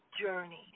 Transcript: journey